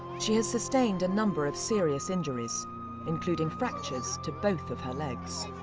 she has sustained a number of serious injuries including fractures to both of her legs.